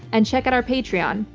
and check out our patreon.